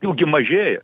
jų gi mažėja